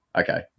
okay